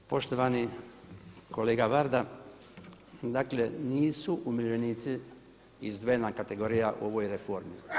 Poštovani kolega Varda, dakle nisu umirovljenici izdvojena kategorija u ovoj reformi.